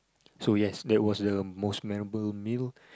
so yes that was the most memorable meal